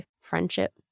friendship